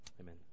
Amen